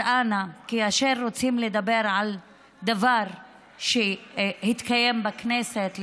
אז אנא, כאשר רוצים לדבר על דבר שהתקיים בכנסת,